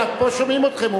עד פה שומעים אתכם.